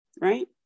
Right